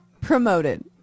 promoted